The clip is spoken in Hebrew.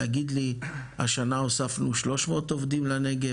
להגיד לי השנה הוספנו 300 עובדים לנגב,